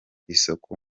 isoko